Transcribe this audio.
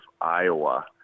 Iowa